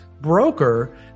broker